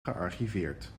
gearchiveerd